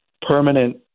permanent